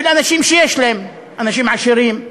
לאנשים שיש להם: אנשים עשירים,